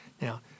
now